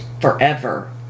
forever